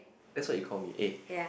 that's what you call me eh